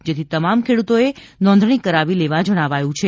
જેથી તમામ ખેડુતોએ નોંધણી કરાવી લેવા જણાવાયું છે